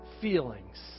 feelings